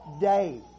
day